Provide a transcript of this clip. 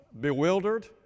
bewildered